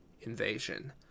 invasion